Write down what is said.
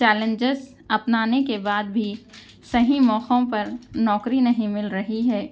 challenges اپنانے کے بعد بھی صحیح موقعوں پر نوکری نہیں مل رہی ہے